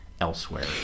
elsewhere